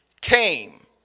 came